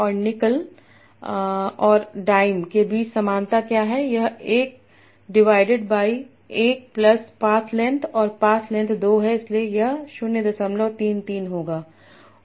और निकल और डाइम के बीच समानता क्या है यह 1 divided by 1 plus path length और पाथ लेंथ 2 है इसलिए यह 033 होगा